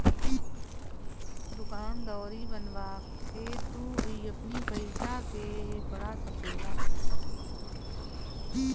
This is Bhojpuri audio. दूकान दौरी बनवा के भी तू अपनी पईसा के बढ़ा सकेला